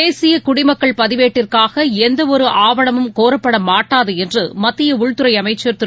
தேசிய குடிமக்கள் பதிவேட்டிற்காக எந்தவொரு ஆவணமும் கோரப்படமாட்டாது என்று மத்திய உள்துறை அமைச்சர் திரு